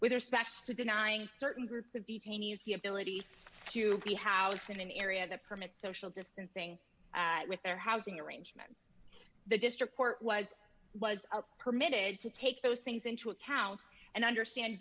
with respect to denying certain groups of detainees the ability to be housed in an area that permits social distancing with their housing arrangements the district court was was permitted to take those things into account and understand